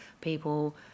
people